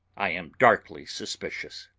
i am darkly suspicious.